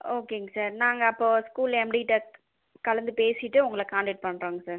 ஓகேங்க சார் நாங்கள் அப்போது ஸ்கூல் எம்டிகிட்ட க கலந்து பேசிவிட்டு உங்களை கான்டெக்ட் பண்ணுறோங்க சார்